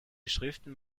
schriften